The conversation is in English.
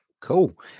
Cool